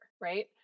right